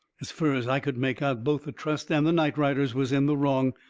as fur as i could make out both the trust and the night-riders was in the wrong.